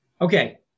Okay